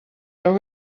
are